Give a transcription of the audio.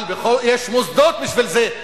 אבל יש מוסדות בשביל זה,